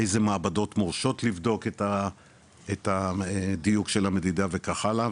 איזה מעבדות מורשות לבדוק את הדיוק של המדידה וכך הלאה,